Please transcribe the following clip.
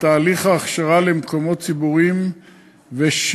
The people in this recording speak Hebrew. בתהליך הכשרה למקומות ציבוריים ואת